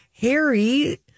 Harry